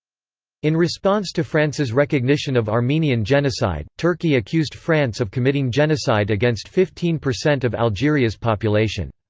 in response to france's recognition of armenian genocide, turkey accused france of committing genocide against fifteen percent of algeria's population.